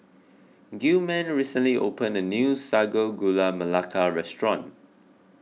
Gilman recently opened a new Sago Gula Melaka restaurant